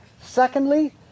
Secondly